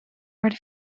right